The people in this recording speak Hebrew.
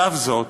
על אף זאת,